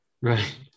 Right